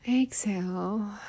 exhale